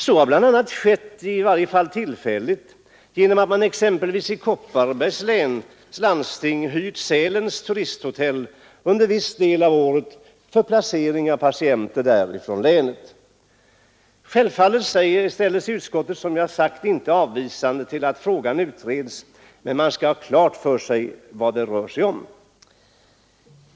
Så har bl.a. skett i varje fall tillfälligt genom att exempelvis Kopparbergs läns landsting hyrt Sälens turisthotell under viss del av året för placering där av patienter från länet. Självfallet ställer sig utskottet inte avvisande till att frågan utreds, men man skall ha klart för sig vad det rör sig om.